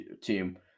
team